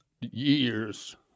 years